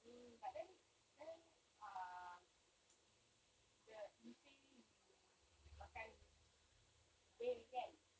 oo but then then um the you say mm makan whale kan